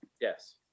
Yes